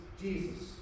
Jesus